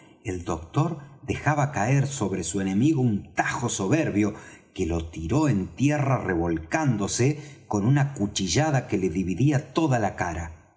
el doctor dejaba caer sobre su enemigo un tajo soberbio que lo tiró en tierra revolcándose con una cuchillada que le dividía toda la cara